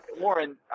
warren